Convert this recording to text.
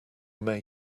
may